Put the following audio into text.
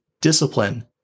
Discipline